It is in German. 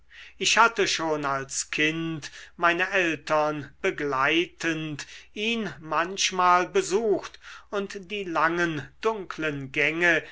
ich hatte schon als kind meine eltern begleitend ihn manchmal besucht und die langen dunklen gänge